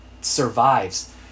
survives